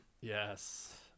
yes